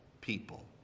people